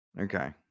Okay